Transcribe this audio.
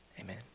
amen